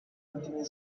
contained